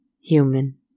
human